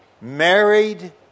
Married